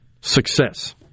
success